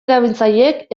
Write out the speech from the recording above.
erabiltzaileek